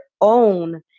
own